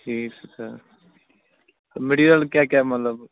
ٹھیٖک چھُ sir material کیٛاہ کیٛاہ مَطلب